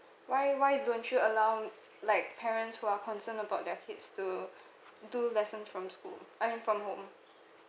why why don't you allow like parents who are concerned about their kids to do lessons from school I mean from home